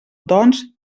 doncs